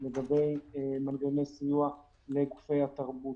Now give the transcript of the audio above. לגבי מנגנוני סיוע לגופי התרבות,